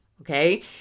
Okay